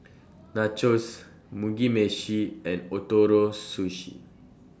Nachos Mugi Meshi and Ootoro Sushi